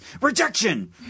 rejection